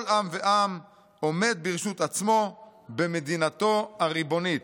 עם ועם עומד ברשות עצמו במדינתו הריבונית.